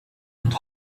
and